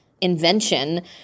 invention